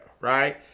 Right